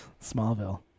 smallville